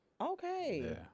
okay